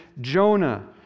Jonah